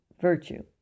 virtue